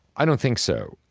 i don't think so.